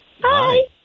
Hi